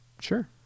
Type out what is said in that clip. Sure